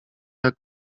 jak